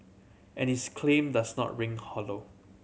and his claim does not ring hollow